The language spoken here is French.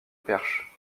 perche